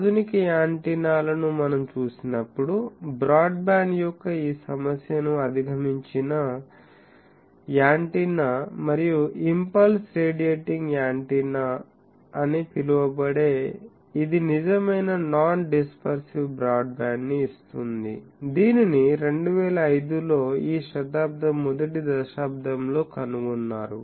ఆధునిక యాంటెన్నాలను మనం చూసినప్పుడు బ్రాడ్బ్యాండ్ యొక్క ఈ సమస్యను అధిగమించిన యాంటెన్నా మరియు ఇంపల్స్ రేడియేటింగ్ యాంటెన్నా అని పిలువబడే ఇది నిజమైన నాన్ డిస్పర్సివ్ బ్రాడ్బ్యాండ్ను ఇస్తుంది దీనిని 2005 లో ఈ శతాబ్దం మొదటి దశాబ్దంలో కనుగొన్నారు